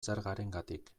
zergarengatik